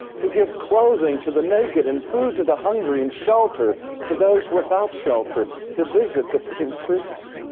to give clothing to the naked, and food to the hungry, and shelter to those without shelter, to visit the imprisoned.